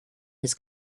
his